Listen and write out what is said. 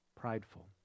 prideful